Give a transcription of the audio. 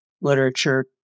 literature